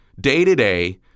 day-to-day